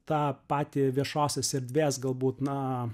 tą patį viešosios erdvės galbūt na